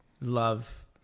love